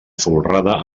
folrada